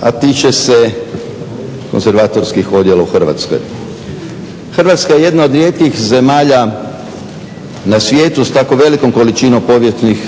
a tiče se konzervatorskih odjela u Hrvatskoj. Hrvatska je jedna od rijetkih zemalja u svijetu s tako velikom količinom povijesnih,